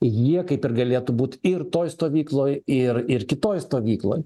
jie kaip ir galėtų būt ir toj stovykloj ir ir kitoj stovykloj